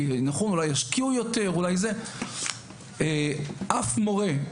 ואולי ישקיעו יותר וכולי אף מורה,